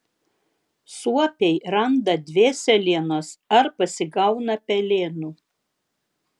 suopiai randa dvėselienos ar pasigauna pelėnų